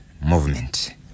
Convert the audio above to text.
movement